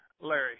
Larry